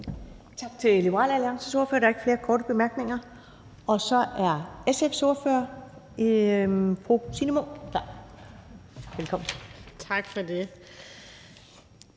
Tak til Liberal Alliances ordfører. Der er ikke flere korte bemærkninger. Og så er SF's ordfører, fru Signe Munk, klar.